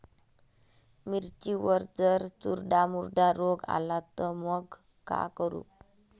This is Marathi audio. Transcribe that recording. मिर्चीवर जर चुर्डा मुर्डा रोग आला त मंग का करू?